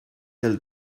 del